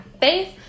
face